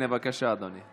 בבקשה, אדוני.